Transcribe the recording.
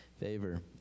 favor